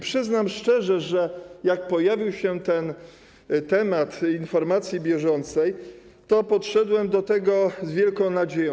Przyznam szczerze, że jak pojawił się ten temat informacji bieżącej, to podszedłem do tego z wielką nadzieją.